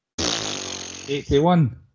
81